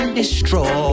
destroy